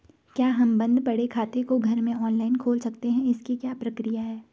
क्या हम बन्द पड़े खाते को घर में ऑनलाइन खोल सकते हैं इसकी क्या प्रक्रिया है?